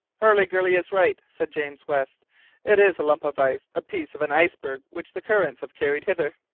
hurliguerly is right, said james west it is a lump of ice, a piece of an iceberg which the currents have carried hither.